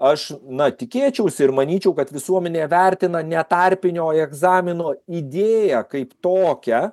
aš na tikėčiausi ir manyčiau kad visuomenė vertina ne tarpinio egzamino idėją kaip tokią